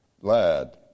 lad